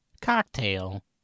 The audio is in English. cocktail